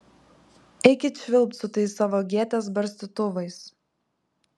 eikit švilpt su tais savo gėtės barstytuvais